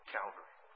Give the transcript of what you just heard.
Calvary